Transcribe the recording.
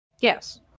Yes